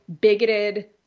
bigoted